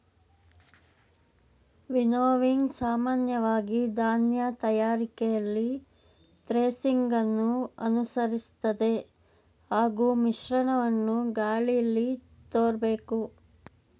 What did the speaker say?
winnowing ಸಾಮಾನ್ಯವಾಗಿ ಧಾನ್ಯ ತಯಾರಿಕೆಯಲ್ಲಿ ಥ್ರೆಸಿಂಗನ್ನು ಅನುಸರಿಸ್ತದೆ ಹಾಗೂ ಮಿಶ್ರಣವನ್ನು ಗಾಳೀಲಿ ತೂರ್ಬೇಕು